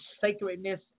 sacredness